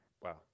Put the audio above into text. Wow